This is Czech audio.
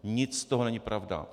Nic z toho není pravda.